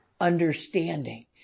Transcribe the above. understanding